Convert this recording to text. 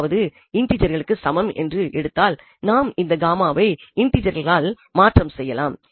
அதாவது இன்டிஜெர்களுக்கு சமம் என்று எடுத்தால் நாம் இங்கு இந்த வை இன்டிஜெர்களால் மாசாப்ஸ்டிட்யூட் செய்யலாம்